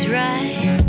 right